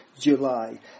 July